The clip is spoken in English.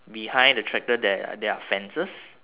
behind the tractor there are there are fences